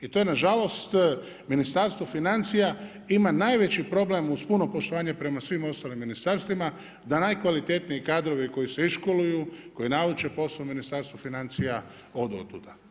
I to nažalost Ministarstvo financija ima najveći problem uz puno poštovanje prema svim ostalim ministarstvima, da najkvalitetnije kadrove i koji se i školuju, koji nauče posao u Ministarstvu financija odu od tuda.